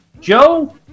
Joe